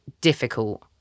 difficult